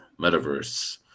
metaverse